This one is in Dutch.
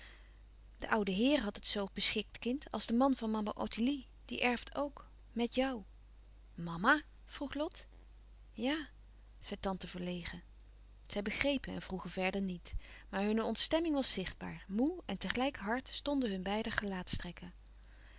de oude heer had het zoo beschikt kind als de man van mama ottilie die erft ook met jou mama vroeg lot ja zei tante verlegen zij begrepen en vroegen verder niet maar hunne ontstemming was zichtbaar moê en tegelijk hard stonden hun beider